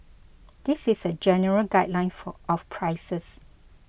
this is a general guideline for of prices